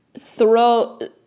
throw